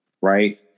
Right